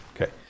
Okay